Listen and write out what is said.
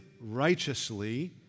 righteously